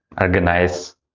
organize